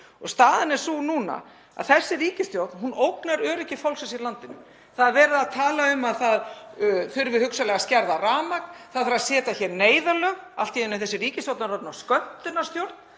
Staðan er sú núna að þessi ríkisstjórn ógnar öryggi fólksins í landinu. Það er verið að tala um að það þurfi hugsanlega að skerða rafmagn. Það þarf að setja hér neyðarlög, allt í einu er þessi ríkisstjórn orðin að skömmtunarstjórn.